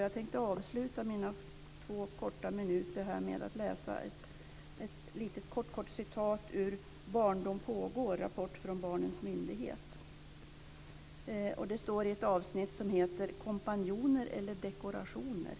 Jag tänkte avsluta mina två korta minuter med att läsa ett kort citat ur Barndom pågår: rapport fån barnens myndighet. Det står i ett avsnitt som heter "Kompanjoner eller dekorationer".